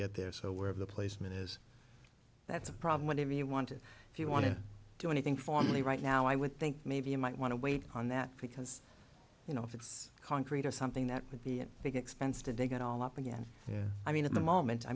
get there so wherever the placement is that's a problem whatever you want to if you want to do anything formally right now i would think maybe you might want to wait on that because you know if it's concrete or something that would be a big expense to dig it all up again i mean at the moment i